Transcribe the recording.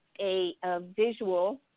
a ah visual